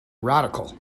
radical